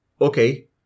Okay